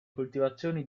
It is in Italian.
coltivazioni